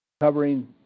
covering